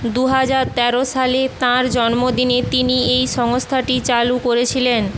দু হাজার তেরো সালে তাঁর জন্মদিনে তিনি এই সংস্থাটি চালু করেছিলেন